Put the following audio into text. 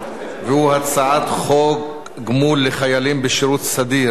והוא הצעת חוק גמול לחיילים בשירות סדיר,